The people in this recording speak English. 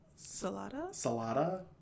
Salada